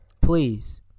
please